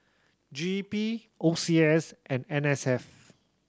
G E P O C S and N S F